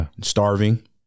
starving